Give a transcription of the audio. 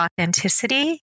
authenticity